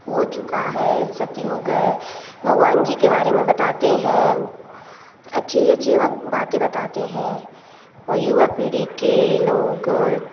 हो चुका है सतयुग है भगवान जी के बारे में बताते हैं अच्छी अच्छी बातें बताते हैं और युवा पीढ़ी के लोग